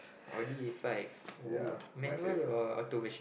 audi five !ooh! manual or auto version